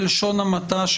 בלשון המעטה,